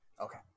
Okay